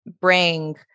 bring